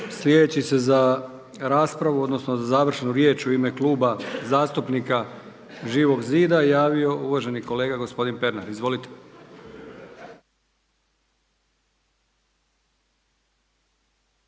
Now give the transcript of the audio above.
Sljedeći se za raspravu, odnosno za završnu riječ u ime Kluba zastupnika Živog zida javio uvaženi kolega gospodin Pernar. Izvolite.